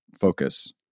focus